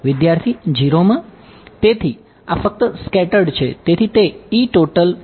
વિદ્યાર્થી 0 માં